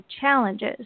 challenges